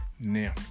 Now